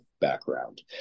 background